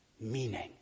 meaning